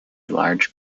large